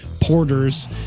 porters